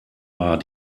war